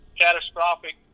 catastrophic